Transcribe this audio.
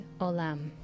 Olam